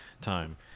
time